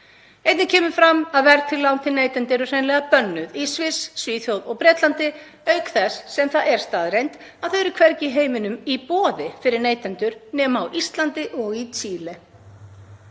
Einnig kemur fram að verðtryggð lán til neytenda eru hreinlega bönnuð í Sviss, Svíþjóð og Bretlandi, auk þess sem það er staðreynd að þau eru hvergi í heiminum í boði fyrir neytendur nema á Íslandi og í Chile.